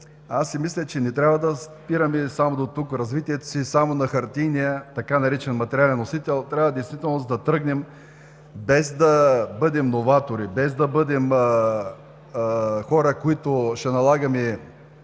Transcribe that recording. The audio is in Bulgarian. но аз мисля, че не трябва да спираме само до тук развитието си – само на хартиения, така наречен „материален” носител, а трябва действително да тръгнем без да бъдем новатори, без да бъдем хора, които ще налагаме